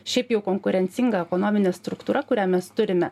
šiaip jau konkurencinga ekonominė struktūra kurią mes turime